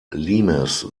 limes